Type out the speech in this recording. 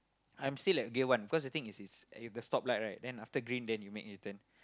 I'm still at gear one cause the thing is is the stop light right after green then you make the U-turn